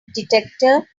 detector